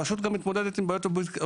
הרשות מתמודדת גם עם בעיות אובייקטיביות.